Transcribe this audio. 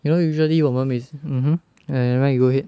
you know usually 我们每次 mmhmm ya you go ahead